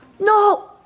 no,